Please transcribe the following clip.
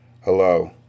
Hello